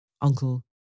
Uncle